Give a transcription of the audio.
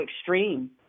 extreme